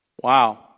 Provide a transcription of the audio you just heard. Wow